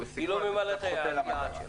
היא לא ממלאת את היעד שלה.